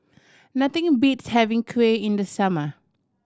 nothing beats having kuih in the summer